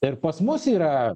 tai pas mus yra